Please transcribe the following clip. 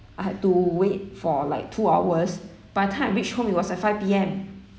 I had to wait for like two hours by the time I reached home it was at five P_M